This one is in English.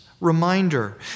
reminder